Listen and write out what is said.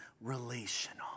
relational